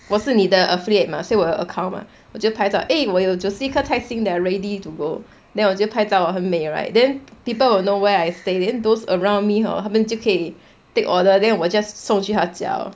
我是你的 affiliate mah 所以我有 account mah 我就拍照 eh 我有九十一颗菜心 that are ready to go then 我就拍到很美 right then people will know where I stayed then those around me hor 他们就可以 take order then 我 just 送去他家